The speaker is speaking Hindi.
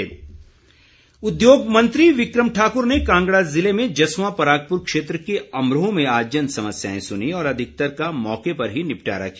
उद्योग मंत्री उद्योग मंत्री बिक्रम ठाक्र ने कांगड़ा जिले में जसवां परागपुर क्षेत्र के अमरोह में आज जनसमस्याएं सुनीं और अधिकतर का मौके पर ही निपटारा किया